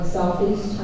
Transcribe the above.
Southeast